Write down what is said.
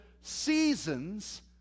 seasons